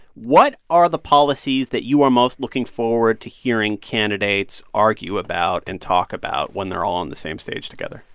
what are the policies that you are most looking forward to hearing candidates argue about and talk about when they're all on the same stage together?